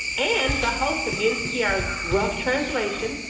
and the host of npr's rough translation,